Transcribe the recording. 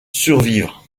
survivre